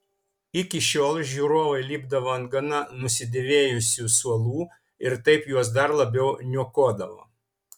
iki šiol žiūrovai lipdavo ant gana nusidėvėjusių suolų ir taip juos dar labiau niokodavo